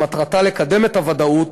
שמטרתה לקדם את הוודאות,